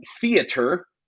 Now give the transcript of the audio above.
theater